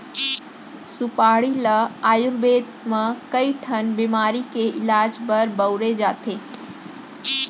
सुपारी ल आयुरबेद म कइ ठन बेमारी के इलाज बर बउरे जाथे